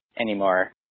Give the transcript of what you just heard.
anymore